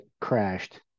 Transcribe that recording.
crashed